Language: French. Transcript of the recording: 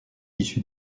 issues